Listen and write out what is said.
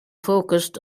focused